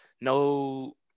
no